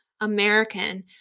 American